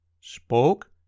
spoke